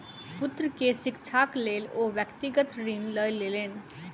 पुत्र के शिक्षाक लेल ओ व्यक्तिगत ऋण लय लेलैन